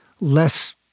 less